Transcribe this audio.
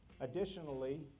Additionally